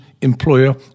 employer